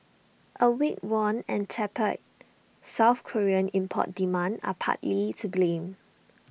A weak won and tepid south Korean import demand are partly to blame